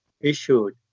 issued